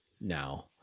now